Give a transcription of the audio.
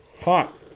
Hot